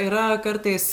yra kartais